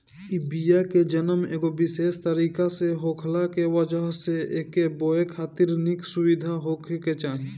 इ बिया के जनम एगो विशेष तरीका से होखला के वजह से एके बोए खातिर निक सुविधा होखे के चाही